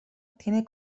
tiene